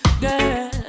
girl